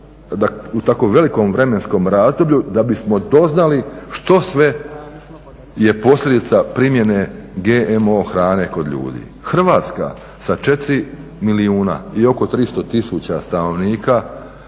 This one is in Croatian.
u tako velikom vremenskom razdoblju da bismo doznali što sve je posljedica primjene GMO hrane kod ljudi. Hrvatska sa 4 milijuna i oko 300 tisuća stanovnika